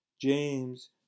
James